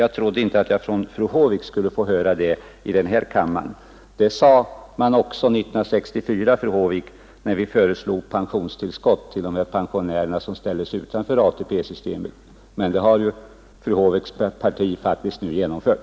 Jag trodde inte att jag skulle få höra det från fru Håvik i den här kammaren. Så sade man också 1964, när vi föreslog pensionstillskott till de pensionärer som ställdes utanför ATP-systemet, men det har ju fru Håviks parti nu faktiskt genomfört.